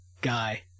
guy